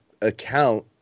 account